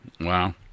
Wow